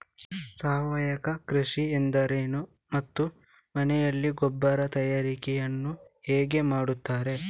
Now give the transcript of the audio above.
ಸಾವಯವ ಕೃಷಿ ಎಂದರೇನು ಮತ್ತು ಮನೆಯಲ್ಲಿ ಗೊಬ್ಬರ ತಯಾರಿಕೆ ಯನ್ನು ಹೇಗೆ ಮಾಡುತ್ತಾರೆ?